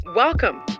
Welcome